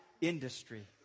industry